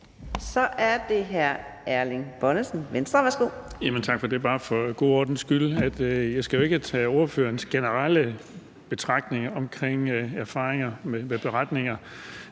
Kl. 14:21 Erling Bonnesen (V): Tak for det. Bare for god ordens skyld vil jeg sige, at jeg jo ikke skal tage ordførerens generelle betragtninger omkring erfaringer med beretninger